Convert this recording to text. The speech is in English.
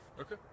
Okay